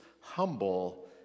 Humble